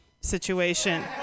situation